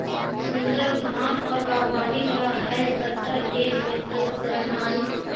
सुन्दर उद्यान और बागवानी ला हैज कटर एक बेहतर उपकरण हाई